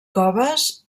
coves